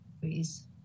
Please